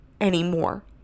anymore